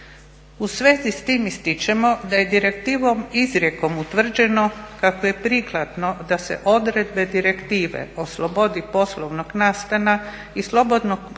U svezi s tim ističemo da je direktivom izrijekom utvrđeno kako je prikladno da se odredbe Direktive o slobodi poslovnog nastana i slobodnom kretanju